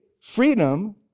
freedom